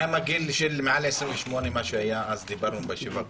מה עם גיל מעל 28, מה שדיברנו בישיבה הקודמת?